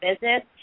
business